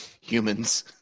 Humans